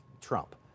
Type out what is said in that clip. Trump